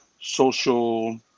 social